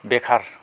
बेकार